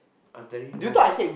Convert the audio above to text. I'm telling you no